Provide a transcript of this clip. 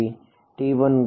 તેથી T1